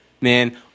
Man